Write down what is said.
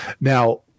Now